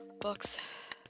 books